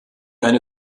eine